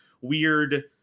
weird